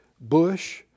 bush